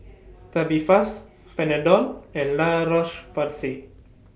Tubifast Panadol and La Roche Porsay